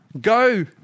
Go